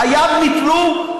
חייו ניטלו,